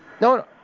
No